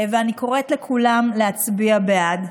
ואני קוראת לכולם להצביע בעד.